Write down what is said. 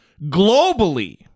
globally